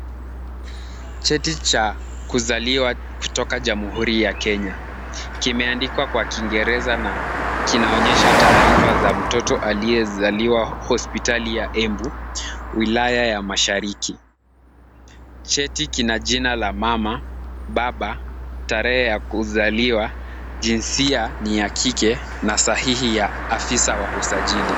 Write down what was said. Cheti cha kuzaliwa kutoka Jamhuri ya Kenya, kimeandikwa kwa kiingereza na kinaonyesha taarifa za mtoto aliyezaliwa hospitali ya Embu, wilaya ya mashariki. Cheti kina jina la mama, baba, tarehe ya kuzaliwa, jinsia ni ya kike, na sahihi ni ya afisa wa usajili.